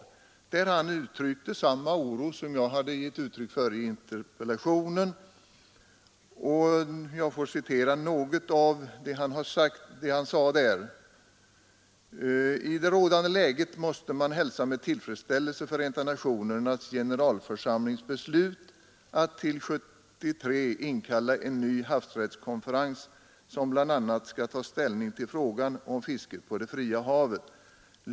Han uttalade samma oro som jag hade givit uttryck för i interpellationen, och jag citerar något av vad han sade: ”I det rådande läget måste man hälsa med tillfredsställelse Förenta nationernas generalförsamlings beslut att till 1973 inkalla en ny havsrättskonferens som bl.a. skall ta ställning till frågan om fisket på det fria havet.